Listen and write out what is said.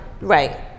Right